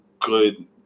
good